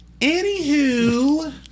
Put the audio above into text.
Anywho